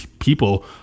People